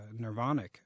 nirvanic